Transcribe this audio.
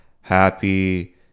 happy